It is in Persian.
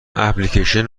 اپلیکیشن